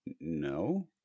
no